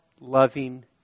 loving